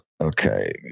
Okay